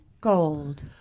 Gold